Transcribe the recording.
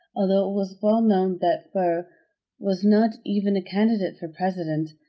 although it was well known that burr was not even a candidate for president,